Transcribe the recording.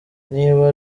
niba